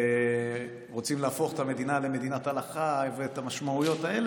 רוצות להפוך את המדינה למדינת הלכה ואת המשמעויות האלה.